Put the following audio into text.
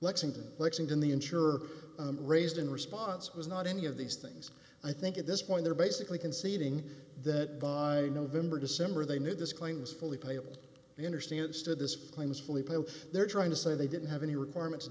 lexington lexington the insurer raised in response was not any of these things i think at this point they're basically conceding that by november december they knew this claim was fully playable they understand stood this claims fully paid they're trying to say they didn't have any requirement